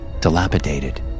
dilapidated